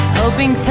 hoping